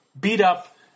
beat-up